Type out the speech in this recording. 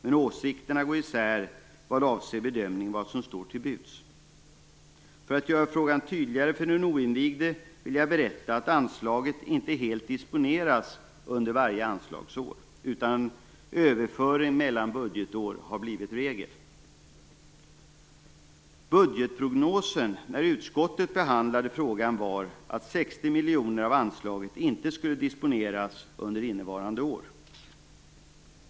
Men åsikterna går isär vad avser bedömningen av vad som står till buds. För att göra frågan tydligare för den oinvigda vill jag berätta att anslaget inte helt disponerats under varje anslagsår, utan överföring mellan budgetår har blivit regel. Budgetprognosen när utskottet behandlade frågan var att 60 miljoner av anslaget inte skulle disponeras under innevarande år.